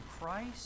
Christ